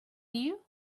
you